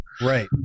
Right